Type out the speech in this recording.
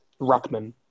Ruckman